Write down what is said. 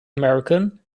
american